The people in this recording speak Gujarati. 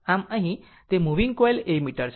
આમ અહીં તે મૂવિંગ કોઇલ એમીટર છે